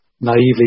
naively